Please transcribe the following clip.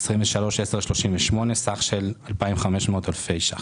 שירותים אישיים וחברתיים, טיפול חוץ